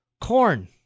corn